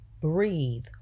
breathe